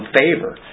favor